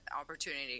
opportunity